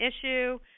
issue